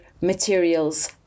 materials